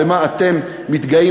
במה אתם מתגאים,